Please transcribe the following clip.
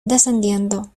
descendiendo